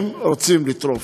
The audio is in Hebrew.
הם רוצים לטרוף.